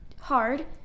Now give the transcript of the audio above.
hard